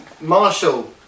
Marshall